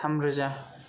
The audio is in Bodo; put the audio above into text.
थाम रोजा